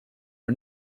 are